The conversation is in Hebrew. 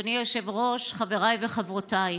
אדוני היושב-ראש, חבריי וחברותיי,